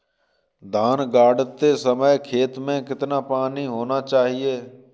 धान गाड़ते समय खेत में कितना पानी होना चाहिए?